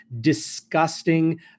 disgusting